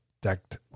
decked